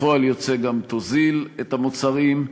וכפועל יוצא גם תוזיל את המוצרים,